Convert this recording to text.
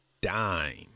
dime